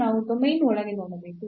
ನಾವು ಡೊಮೇನ್ ಒಳಗೆ ನೋಡಬೇಕು